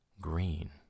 green